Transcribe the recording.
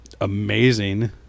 amazing